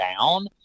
down